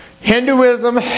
Hinduism